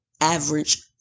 average